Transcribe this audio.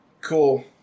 cool